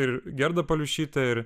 ir gerda paliušytė ir